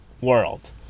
world